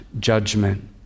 judgment